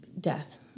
Death